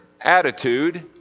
attitude